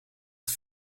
het